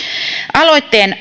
aloitteen